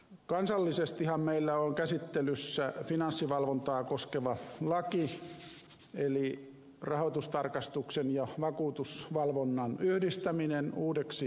kansallisestihan meillä on käsittelyssä finanssivalvontaa koskeva laki eli rahoitustarkastuksen ja vakuutusvalvonnan yhdistäminen uudeksi viranomaiseksi